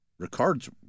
Ricard's